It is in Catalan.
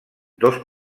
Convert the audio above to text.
dos